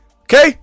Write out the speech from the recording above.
Okay